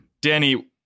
Danny